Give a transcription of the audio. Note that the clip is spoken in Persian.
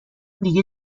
دیگه